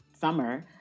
summer